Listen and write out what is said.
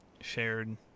shared